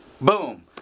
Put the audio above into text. Boom